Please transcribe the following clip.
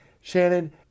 Shannon